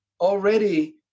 already